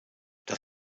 das